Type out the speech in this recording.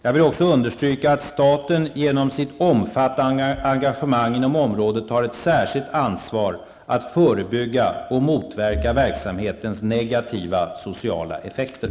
Jag vill också understryka att staten genom sitt omfattande engagemang inom området har ett särskilt ansvar att förebygga och motverka verksamhetens negativa sociala effekter.